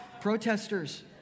protesters